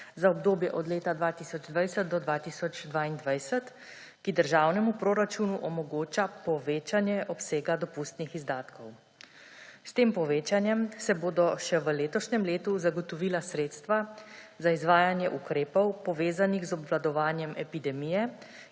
za obdobje od 2020 do 2022, ki državnemu proračunu omogoča povečanje obsega dopustnih izdatkov. S tem povečanjem se bodo še v letošnjem letu zagotovila sredstva za izvajanje ukrepov, povezanih z obvladovanjem epidemije